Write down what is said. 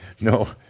No